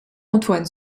antoine